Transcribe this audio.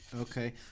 Okay